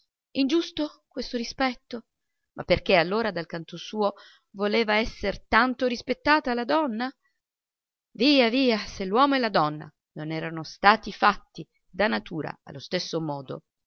compiace ingiusto questo rispetto ma perché allora dal canto suo voleva esser tanto rispettata la donna via via se l'uomo e la donna non erano stati fatti da natura allo stesso modo